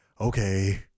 Okay